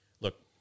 look